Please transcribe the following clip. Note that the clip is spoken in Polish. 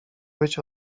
być